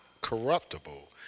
corruptible